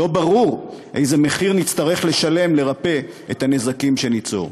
לא ברור איזה מחיר נצטרך לשלם לרפא את הנזקים שניצור.